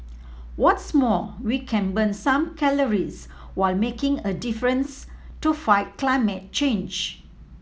what's more we can burn some calories while making a difference to fight climate change